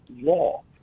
law